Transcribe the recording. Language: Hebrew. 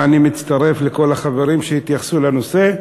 ואני מצטרף לכל החברים שהתייחסו לנושא,